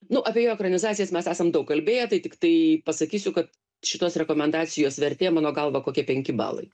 nu apie jo ekranizacijas mes esam daug kalbėję tai tiktai pasakysiu kad šitos rekomendacijos vertė mano galva kokie penki balai